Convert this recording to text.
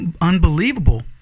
unbelievable